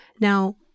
Now